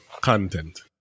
content